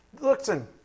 Listen